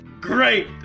Great